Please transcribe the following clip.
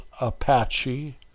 Apache